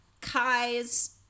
Kai's